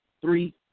Three